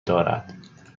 دارد